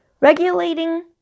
regulating